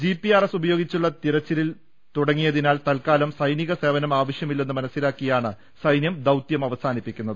G P R S ഉപയോഗിച്ചുള്ള തിരിച്ചിൽ തുടങ്ങിയതിനാൽ തൽക്കാലം സൈനിക സേവനം ആവശ്യമില്ലെന്ന് മനസ്സിലാക്കിയാണ് സൈന്യം ദൌത്യം അവസാനിപ്പിക്കുന്നത്